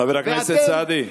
חבר הכנסת סעדי.